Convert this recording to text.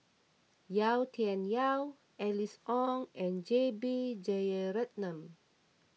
Yau Tian Yau Alice Ong and J B Jeyaretnam